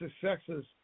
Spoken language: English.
successes